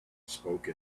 spoke